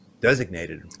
designated